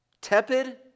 tepid